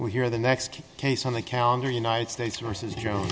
well here the next case on the calendar united states versus jo